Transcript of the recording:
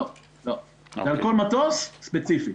על כל מטוס ספציפי.